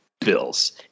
bills